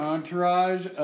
Entourage